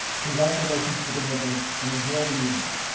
congratulations to the winners and enjoy the evening.